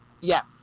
Yes